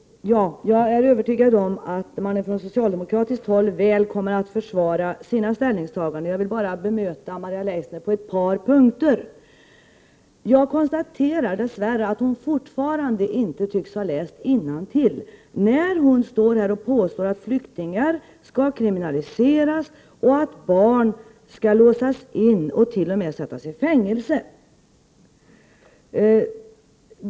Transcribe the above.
Fru talman! Jag är övertygad om att man från socialdemokratiskt håll väl kommer att försvara sina ställningstaganden. Jag vill bemöta Maria Leissner bara på ett par punkter. Jag konstaterar än en gång att hon dess värre inte tycks ha läst innantill, eftersom hon påstår att flyktingar skall kriminaliseras och att barn skall låsas in och t.o.m. sättas i fängelse.